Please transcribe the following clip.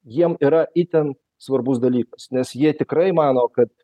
jiem yra itin svarbus dalykas nes jie tikrai mano kad